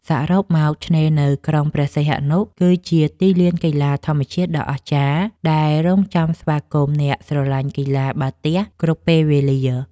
សរុបមក ឆ្នេរនៅក្រុងព្រះសីហនុគឺជាទីលានកីឡាធម្មជាតិដ៏អស្ចារ្យ ដែលរង់ចាំស្វាគមន៍អ្នកស្រឡាញ់កីឡាបាល់ទះគ្រប់ពេលវេលា។